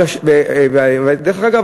דרך אגב,